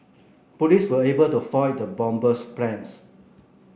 police were able to foil the bomber's plans